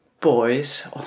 boys